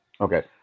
Okay